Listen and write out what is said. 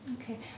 Okay